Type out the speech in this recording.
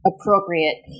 appropriate